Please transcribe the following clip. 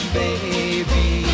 baby